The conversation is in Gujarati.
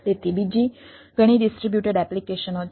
તેથી બીજી ઘણી ડિસ્ટ્રિબ્યુટેડ એપ્લિકેશનો છે